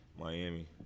Miami